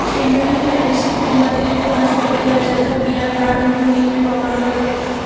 शेंगा ही फॅबीसी कुटुंबातील एक वनस्पती आहे, ज्याचा बिया डाळ म्हणून देखील वापरला जातो